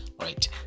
right